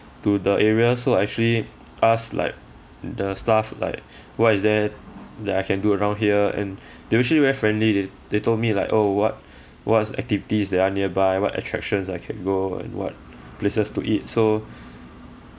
to the area so I actually asked like the staff like what is there that I can do around here and they actually very friendly they they told me like oh what what's activities there are nearby what attractions I can go and what places to eat so